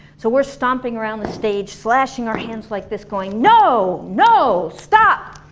so we're stomping around the stage, slashing our hands like this going no! no! stop!